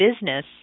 business